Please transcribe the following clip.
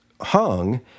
hung